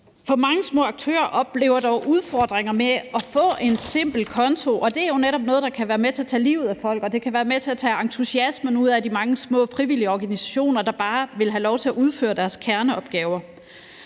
Men mange små aktører oplever dog udfordringer med at få en simpel konto, og det er jo netop noget, der kan være med til at tage livet af folk, og det kan være med til at tage entusiasmen ud af de mange små frivillige organisationer, der bare vil have lov til at udføre deres kerneopgaver.